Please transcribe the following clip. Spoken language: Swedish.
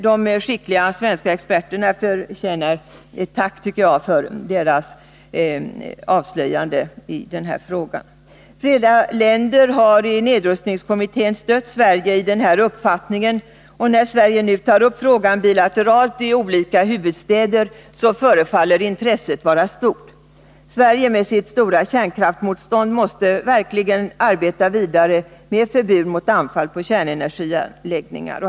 De skickliga svenska experterna förtjänar ett tack för sitt avslöjande i den frågan. Flera länder har i nedrustningskommittén stött Sverige i denna uppfattning, och när Sverige nu bilateralt tar upp frågan i olika huvudstäder förefaller intresset vara stort. Sverige med sitt stora kärnkraftsmotstånd måste verkligen arbeta vidare för förbud mot anfall på kärnenergianläggningar.